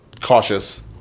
cautious